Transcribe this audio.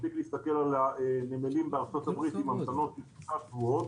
מספיק להסתכל על הנמלים בארה"ב עם המתנות של שישה שבועות,